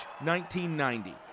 1990